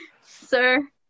sir